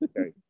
Okay